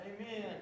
Amen